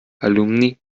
alumni